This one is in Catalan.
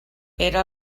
era